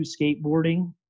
skateboarding